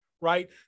right